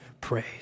praise